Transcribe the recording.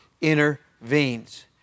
intervenes